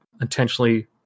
intentionally